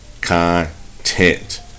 content